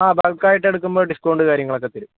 ആ ബൾക്ക് ആയിട്ട് എടുക്കുമ്പോൾ ഡിസ്കൗണ്ട് കാര്യങ്ങളൊക്കെ തരും